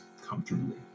comfortably